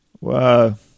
Wow